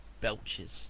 belches